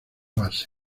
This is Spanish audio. base